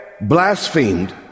blasphemed